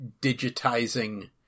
digitizing